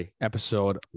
Episode